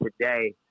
today